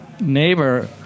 neighbor